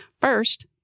First